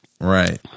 Right